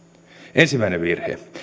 ensimmäinen virhe